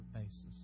basis